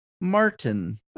Martin